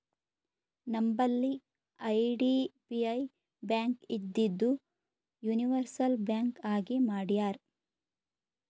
ನಂಬಲ್ಲಿ IDBI bank ಇದ್ದಿದು universal bank ಆಗಿ ಮಾಡ್ಯಾರ್